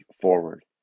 forward